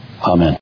Amen